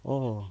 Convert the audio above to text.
oh